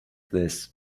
this